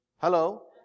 Hello